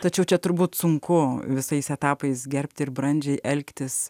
tačiau čia turbūt sunku visais etapais gerbti ir brandžiai elgtis